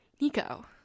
nico